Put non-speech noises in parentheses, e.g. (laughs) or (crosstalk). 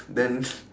then (laughs)